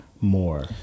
more